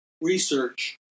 research